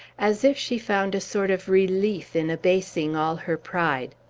as if she found a sort of relief in abasing all her pride.